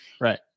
right